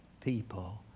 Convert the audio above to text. people